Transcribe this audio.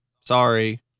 sorry